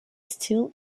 steel